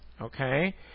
okay